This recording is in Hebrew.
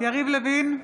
יריב לוין,